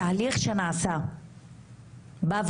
התהליך שנעשה בוועדה